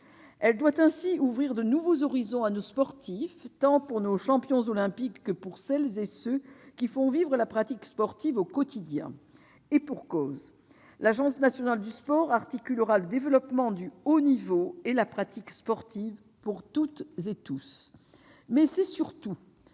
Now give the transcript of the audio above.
Elle doit ainsi ouvrir de nouveaux horizons à nos sportifs, tant pour nos champions olympiques que pour celles et ceux qui font vivre la pratique sportive au quotidien. Et pour cause : l'Agence nationale du sport articulera le développement du haut niveau et la pratique sportive pour toutes et tous. Mais c'est surtout